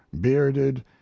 bearded